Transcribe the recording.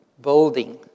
building